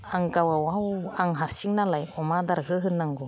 आं गावआ आं हारसिं नालाय अमा आदारखौ होनांगौ